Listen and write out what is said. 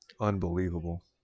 Unbelievable